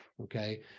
Okay